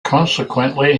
consequently